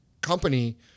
company